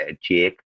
Jake